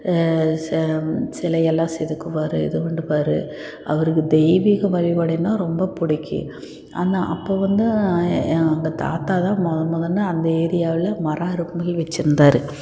ச சிலையெல்லாம் செதுக்குவார் இது பண்ணிப்பார் அவருக்கு தெய்வீக வழிபாடுன்னா ரொம்ப பிடிக்கி ஆனால் அப்போ வந்து எங்கள் தாத்தாதான் முதன் முதல்ல அந்த ஏரியாவில் மரம் அறுக்கும் மில் வச்சிருந்தார்